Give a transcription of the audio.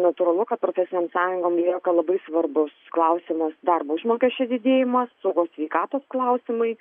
natūralu kad profesinėm sąjungom lieka labai svarbus klausimas darbo užmokesčio didėjimas saugos sveikatos klausimai